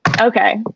Okay